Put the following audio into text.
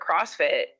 CrossFit